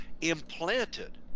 implanted